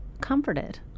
comforted